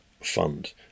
Fund